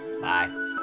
Bye